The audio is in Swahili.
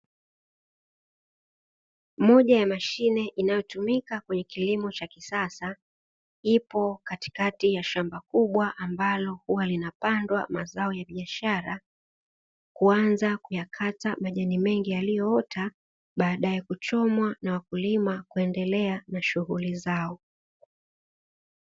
Moja ya mashine inayotumika kwenye kilimo cha kisasa ipo katikati ya shamba kubwa ambalo huwa linapandwa mazao ya biashara, kuanza kuyakata majani mengi yaliyoota baadae kuchomwa na wakulima kuendelea na shughuli zao.